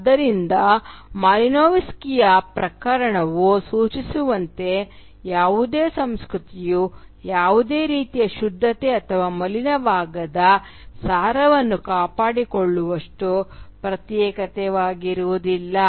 ಆದ್ದರಿಂದ ಮಾಲಿನೋವ್ಸ್ಕಿಯ ಪ್ರಕರಣವು ಸೂಚಿಸುವಂತೆ ಯಾವುದೇ ಸಂಸ್ಕೃತಿಯು ಯಾವುದೇ ರೀತಿಯ ಶುದ್ಧತೆ ಅಥವಾ ಮಲಿನವಾಗದ ಸಾರವನ್ನು ಕಾಪಾಡಿಕೊಳ್ಳುವಷ್ಟು ಪ್ರತ್ಯೇಕವಾಗಿರುವುದಿಲ್ಲ